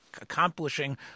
accomplishing